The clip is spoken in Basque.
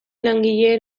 langileen